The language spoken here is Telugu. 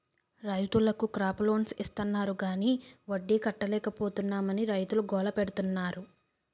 రైతులకు క్రాప లోన్స్ ఇస్తాన్నారు గాని వడ్డీ కట్టలేపోతున్నాం అని రైతులు గోల పెడతన్నారు